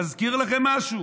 מזכיר לכם משהו?